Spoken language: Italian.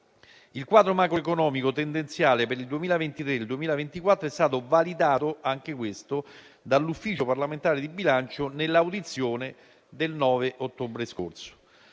Il quadro macroeconomico tendenziale per il 2023 e il 2024 è stato validato dall'Ufficio parlamentare di bilancio nell'audizione del 9 ottobre scorso.